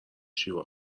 شیوا